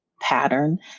pattern